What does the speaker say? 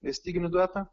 styginių duetą